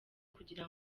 kugira